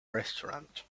restaurant